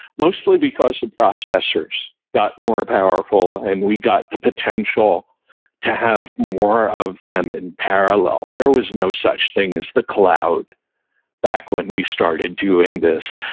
mostly because of processors got more powerful, and we got the potential to have more of them in parallel. there was no such thing as the cloud back when we started doing this.